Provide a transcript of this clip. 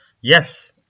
yes